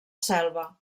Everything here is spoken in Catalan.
selva